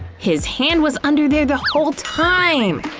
his hand was under there the whole time!